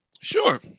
Sure